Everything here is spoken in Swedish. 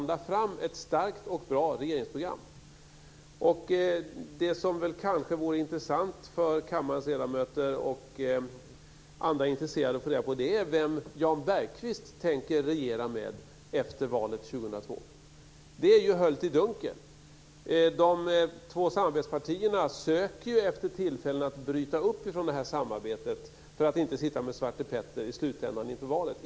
Det vore kanske intressant för kammarens ledamöter och andra intresserade att få reda på vem Jan Bergqvist tänker regera med efter valet 2002. Det är ju höljt i dunkel. De två samarbetspartierna söker ju efter tillfällen att bryta upp ifrån det här samarbetet för att inte sitta med Svarte Petter i slutändan inför valet.